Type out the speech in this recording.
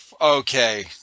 okay